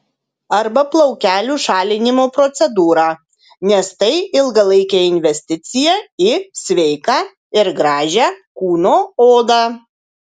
arba plaukelių šalinimo procedūrą nes tai ilgalaikė investiciją į sveiką ir gražią kūno odą